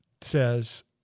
says